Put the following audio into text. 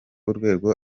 urwego